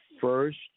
first